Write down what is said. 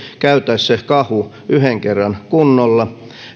käytäisiin se kahu yhden kerran kunnolla